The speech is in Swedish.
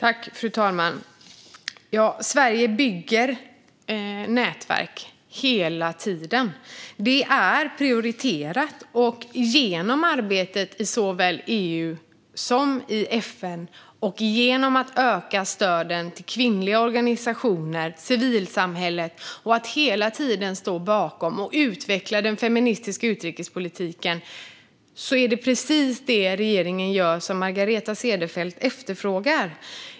Fru talman! Sverige bygger nätverk hela tiden. Det är prioriterat. Genom arbetet i såväl EU som FN och genom att öka stöden till kvinnliga organisationer och civilsamhället och hela tiden stå bakom och utveckla den feministiska utrikespolitiken gör regeringen precis det som Margareta Cederfelt efterfrågar.